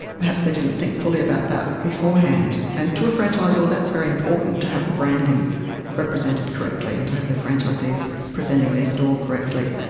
perhaps they didn't think fully about that beforehand. and a franchisor that's very important, to have the branding represented correctly and to have the franchisees presenting their store correctly.